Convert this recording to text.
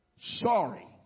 Sorry